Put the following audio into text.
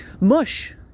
mush